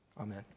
Amen